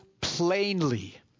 plainly